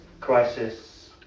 Crisis